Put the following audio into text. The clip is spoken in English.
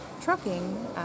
trucking